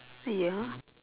ya